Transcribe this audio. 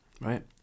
right